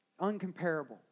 uncomparable